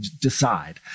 decide